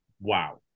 wow